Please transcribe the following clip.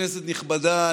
כנסת נכבדה,